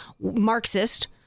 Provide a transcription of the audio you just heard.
marxist